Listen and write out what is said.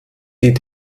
die